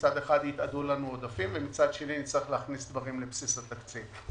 שמצד אחד יתאדו לנו עודפים ומצד שני נצטרך להכניס דברים לבסיס התקציב.